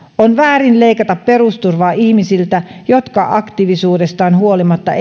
on väärin leikata perusturvaa ihmisiltä jotka aktiivisuudestaan huolimatta